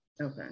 okay